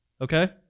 Okay